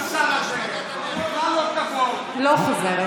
לא חוזרת.